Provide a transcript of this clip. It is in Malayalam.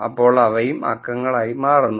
അപ്പോൾ അവയും അക്കങ്ങളായി മാറുന്നു